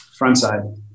Frontside